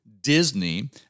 Disney